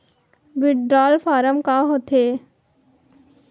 withdrawal form का होथेय